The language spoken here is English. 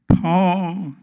Paul